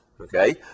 okay